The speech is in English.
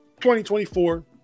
2024